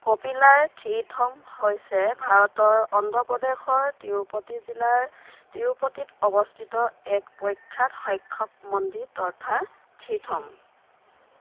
কপিলা থিৰথম হৈছে ভাৰতৰ অন্ধ্ৰ প্ৰদেশৰ তিৰুপতি জিলাৰ তিৰুপতিত অৱস্থিত এক প্ৰখ্যাত শৈৱ মন্দিৰ তথা থিৰথম